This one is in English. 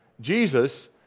Jesus